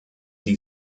die